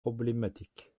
problématiques